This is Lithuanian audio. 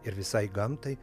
ir visai gamtai